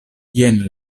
jen